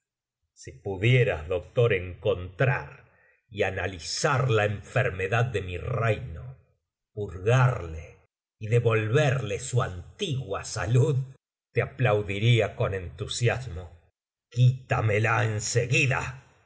si pudieras doctor encontrar y analizar la enfermedad de mi reino purgarle y devolverle su antigua salud te aplaudiría con entusiasmo quítamela